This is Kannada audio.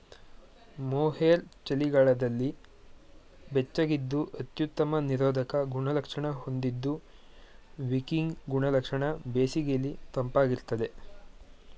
ಮೋಹೇರ್ ಚಳಿಗಾಲದಲ್ಲಿ ಬೆಚ್ಚಗಿದ್ದು ಅತ್ಯುತ್ತಮ ನಿರೋಧಕ ಗುಣಲಕ್ಷಣ ಹೊಂದಿದ್ದು ವಿಕಿಂಗ್ ಗುಣಲಕ್ಷಣ ಬೇಸಿಗೆಲಿ ತಂಪಾಗಿರ್ತದೆ